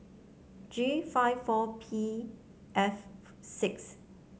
G five four P F six